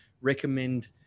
recommend